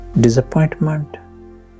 disappointment